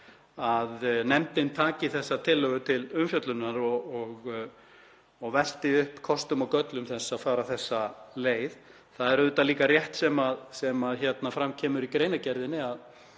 að nefndin taki þessa tillögu til umfjöllunar og velti upp kostum og göllum þess að fara þessa leið. Það er auðvitað líka rétt sem fram kemur í greinargerðinni að